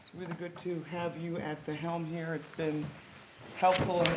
been good to have you at the helm here. it's been helpful and